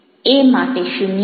A માટે 0 છે